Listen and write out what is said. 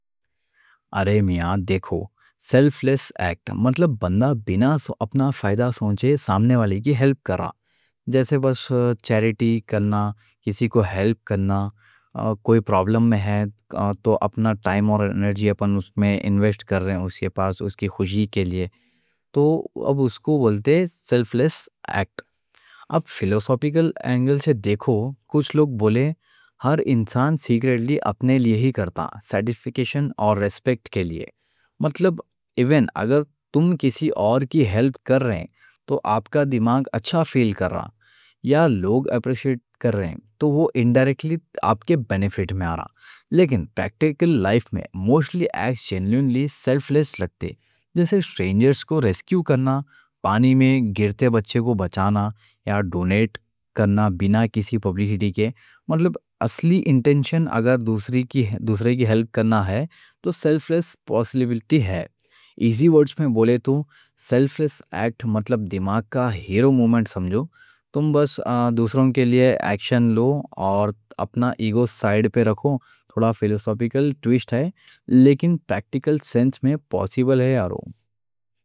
ارے میاں دیکھو سیلف لیس ایکٹ مطلب بندہ بِنا اپنا فائدہ سوچے سامنے والی کی ہیلپ کر رہا. جیسے بس چیریٹی کرنا، کسی کو ہیلپ کرنا، کوئی پرابلم میں ہے تو اپن ٹائم اور انرجی اس میں انویسٹ کر رہے ہیں. اس کے پاس اس کی خوشی کے لیے تو اب اس کو بولتے سیلف لیس ایکٹ. اب فلسافیکل اینگل سے دیکھو کچھ لوگ بولے ہر انسان سیکرٹلی اپنے لیے ہی کرتا، سیٹیسفیکشن اور ریسپیکٹ کے لیے. مطلب ایون اگر تم کسی اور کی ہیلپ کر رہے ہیں تو آپ کا دماغ اچھا فیل کر رہا یا لوگ اپریشیئٹ کر رہے ہیں تو وہ ان ڈائریکٹلی آپ کے بینفٹ میں آ رہا. لیکن پریکٹیکل لائف میں موستلی ایکٹس جینیوئنلی سیلف لیس لگتے جیسے سٹرینجرز کو ریسکیو کرنا، پانی میں گرتے بچے کو بچانا یا ڈونیٹ کرنا بِنا کسی پبلسٹی. مطلب اصلی انٹینشن اگر دوسری کی دوسری کی < help > کرنا ہے تو سیلف لیس پوسبل ہے. ایزی ورڈز میں بولے تو سیلف لیس ایکٹ مطلب دماغ کا ہیرو مومنٹ سمجھو، تم بس دوسروں کے لیے ایکشن لو. اور اپنا ایگو سائیڈ پہ رکھو، تھوڑا فلسافیکل ٹوسٹ ہے لیکن پریکٹیکل سینس میں پوسبل ہے یارو.